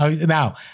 Now